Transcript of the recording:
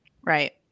Right